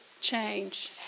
change